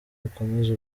ukomeze